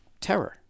terror